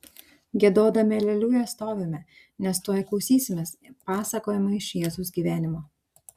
giedodami aleliuja stovime nes tuoj klausysimės pasakojimo iš jėzaus gyvenimo